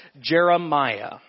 Jeremiah